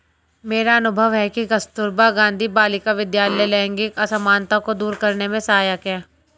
मेरा अनुभव है कि कस्तूरबा गांधी बालिका विद्यालय लैंगिक असमानता को दूर करने में सहायक है